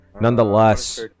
Nonetheless